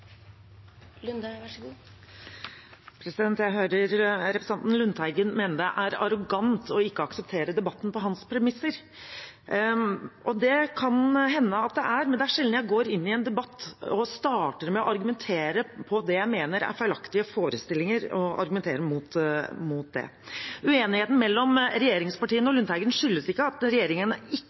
arrogant å ikke akseptere debatten på hans premisser. Det kan det hende det er, men det er sjelden jeg går inn i en debatt og starter med å argumentere mot det jeg mener er feilaktige forestillinger. Uenigheten mellom regjeringspartiene og Lundteigen skyldes ikke at regjeringen ikke